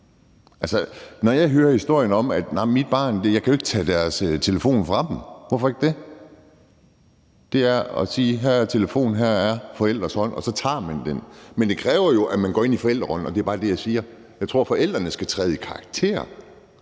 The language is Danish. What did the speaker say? når jeg hører historien om, at man jo ikke kan tage sine børns telefon fra dem, spørger jeg: Hvorfor ikke det? Det handler om at sige, at her er telefonen, her er forældrenes hånd, og så tager man den, men det kræver jo, at man går ind i forældrerollen, og det er bare det, jeg siger. Jeg tror, at forældrene nogle gange skal træde i karakter